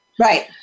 Right